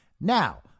Now